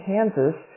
Kansas